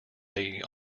they